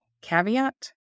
caveat